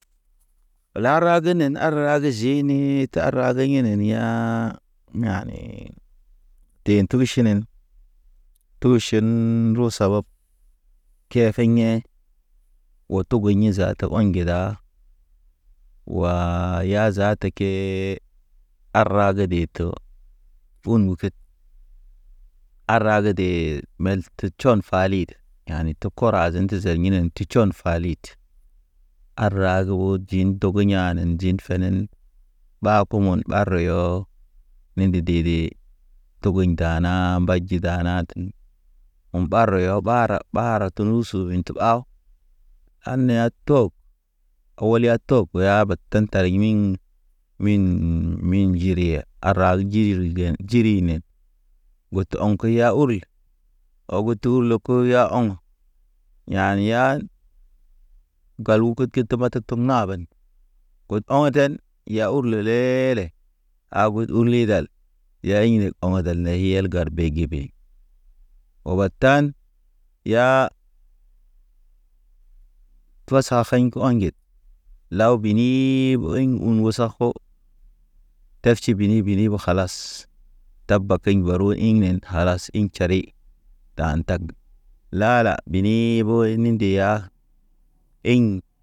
Lara genen ar rag jeni tara ge yenin ya̰ yane. Den tʃu ʃinen tuʃen kefe yḛ, o tugu yḭ zaata ɔɲ ge da. Waa ya zaata ke ara ke de to, un muked, ara ge de, men te tʃɔn falid yane tokora zende zen inɔn ti tʃɔn falid. Ara ge o jin ndogo ya̰ nen jin fenen, ɓa pomon, ɓa rɔyɔ, nidi de- de togoɲ ndana mba ji dana ten o̰ ɓa rɔyɔ ɓara te nusu win te ɓaw, ane ya to, awal ya to ya batan tar yiniŋ win. Min jiri ya ara ge jiri gen jiri nen goto ɔŋ keya urlə, ɔg tur lo koya ɔŋ. Yani ya, gal utu kid te mata tuk naba gud o̰ten, yawur le lele, a gud u lidal yayi ne ɔŋ dal ne yi yal gar be gibe, o batan. Ya, twasa fḛɲ o̰ŋged, lawbini ɓɔɲ un usa fo, tebʃi bini bini, o kalas. Taba keɲ baru ḭ nen ha, halas iŋ tʃari. Dan tag, lala bini bo i ni ndeya eɲ.